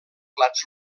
plats